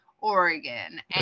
oregon